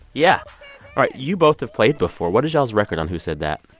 yeah. all right. you both have played before. what is y'all's record on who said that?